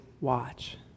watch